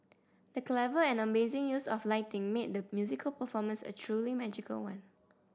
the clever and amazing use of lighting made the musical performance a truly magical one